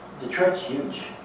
detroit's huge.